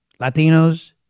Latinos